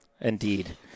Indeed